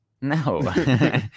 No